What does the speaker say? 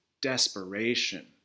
desperation